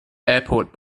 airport